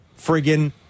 friggin